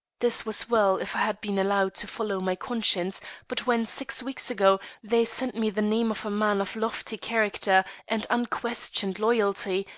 this was well, if i had been allowed to follow my conscience but when, six weeks ago, they sent me the name of a man of lofty character and unquestioned loyalty,